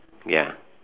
ya